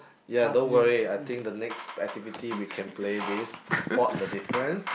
ya don't worry I think the next activity we can play this spot the difference